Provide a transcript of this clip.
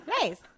Nice